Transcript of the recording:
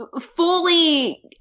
fully